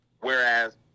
Whereas